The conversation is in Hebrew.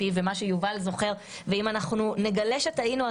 ומה שיובל זוכר ואם נגלה שטעינו,